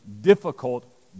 difficult